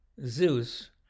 Zeus